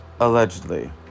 Allegedly